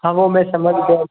हाँ वो मैं समझ गया